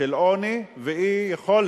של עוני ואי-יכולת